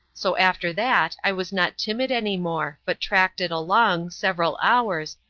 so after that i was not timid any more, but tracked it along, several hours,